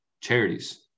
charities